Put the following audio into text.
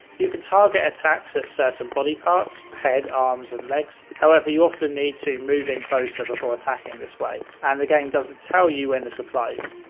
you can target attacks at certain body parts, head, arms, and legs, however, you often need to move in closer before attacking this way and the game doesn't tell you when and this applies.